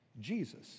Jesus